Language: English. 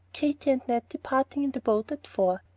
katy and ned departing in the boat at four.